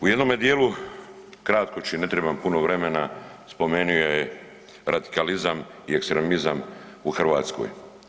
U jednome dijelu, kratko ću, ne trebam puno vremena, spomenuo je radikalizam i ekstremizam u Hrvatskoj.